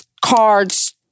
cards